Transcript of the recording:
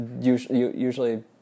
usually